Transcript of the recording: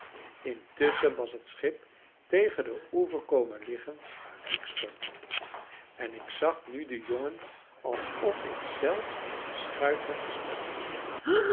intusschen was het schip tegen den oever komen liggen waar ik stond en ik zag nu den jongen alsof ik zelf op de schuit had gestaan